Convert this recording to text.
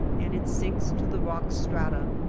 and it sinks to the rock strata,